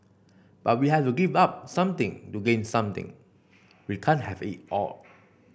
but we have to give up something to gain something we can't have it all